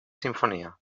simfonia